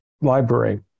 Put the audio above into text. library